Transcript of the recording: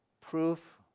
proof